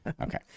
Okay